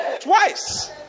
Twice